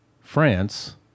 France